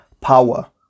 Power